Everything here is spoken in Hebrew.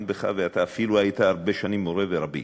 בך ואפילו היית הרבה שנים מורי ורבי: